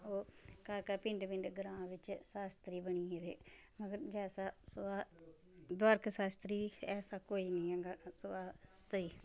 घर घर पिंड पिंड ग्रां बिच्च शास्त्री बनी गेदे अगर जैसा दोआरका शास्त्री ऐसा कोई नी ऐ शास्त्री